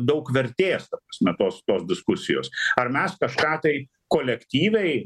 daug vertės ta prasme tos tos diskusijos ar mes kažką tai kolektyviai